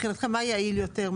מבחינתכם מה יעיל יותר?